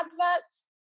adverts